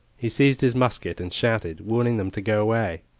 he seized his musket and shouted, warning them to go away.